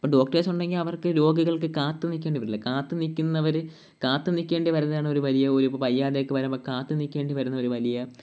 അപ്പോള് ഡോക്ടേഴ്സ് ഉണ്ടെങ്കിൽ അവർക്ക് രോഗികൾക്ക് കാത്തുനിൽക്കേണ്ടിവരില്ല കാത്തുനിൽക്കുന്നവര് കാത്തുനിക്കേണ്ടി വരുന്നേണ് ഒരു വലിയ ഒരു ഇപ്പോള് വയ്യാതേക്ക വരമ്പം കാത്തുനില്ക്കേണ്ടി വരുന്ന ഒരു വലിയ